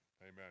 Amen